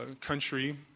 country